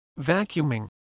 vacuuming